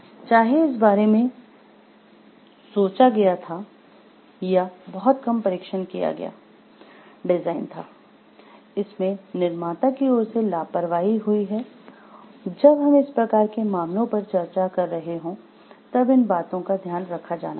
चाहे इस बारे में सोचा गया था या बहुत कम परीक्षण किया गया डिजाइन था इसमें निर्माता की ओर से लापरवाही हुई है जब हम इस प्रकार के मामलों पर चर्चा कर रहे हों तब इन बातों का ध्यान रखा जाना चाहिए